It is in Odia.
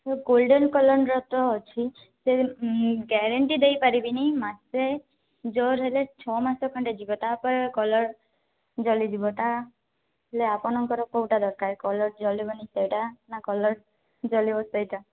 ସେ ଗୋଲଡ଼େନ କଲର୍ର ତ ଅଛି ସେ ଗ୍ୟାରେଣ୍ଟି ଦେଇପାରିବିନି ମାସେ ଜୋର ହେଲେ ଛଅ ମାସ ଖଣ୍ଡେ ଯିବ ତାପରେ କଲର୍ ଜଲିଯିବ ତାହେଲେ ଆପଣଙ୍କର କେଉଁଟା ଦରକାର କଲର୍ ଜଲିବନି ସେଇଟା ନା କଲର୍ ଜଲିବ ସେଇଟା